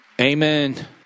Amen